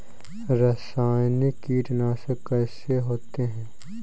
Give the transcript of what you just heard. रासायनिक कीटनाशक कैसे होते हैं?